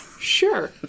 Sure